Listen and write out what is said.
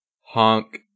Honk